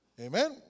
Amen